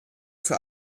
für